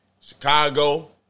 Chicago